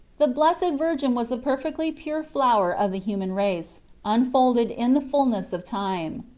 the blesstd virgin was the perfectly pure flower of the human race unfolded in the fulness of time.